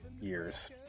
years